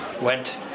went